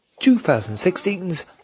2016's